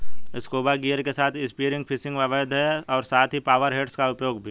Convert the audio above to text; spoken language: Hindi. स्कूबा गियर के साथ स्पीयर फिशिंग अवैध है और साथ ही पावर हेड्स का उपयोग भी